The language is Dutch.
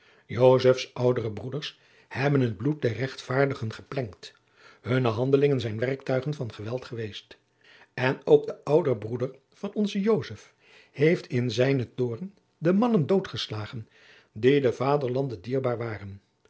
oudere broeders hebben het bloed der rechtvaardigen geplengd hunne handelingen zijn werktuigen van geweld geweest en ook de ouder broeder van onzen josef heeft in zijnen toorn de mannen doodgeslagen die den vaderlande dierbaar waren